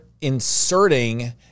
inserting